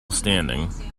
standing